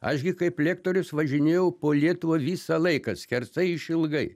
aš gi kaip lektorius važinėjau po lietuvą visą laiką skersai išilgai